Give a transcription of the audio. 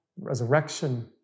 resurrection